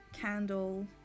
candle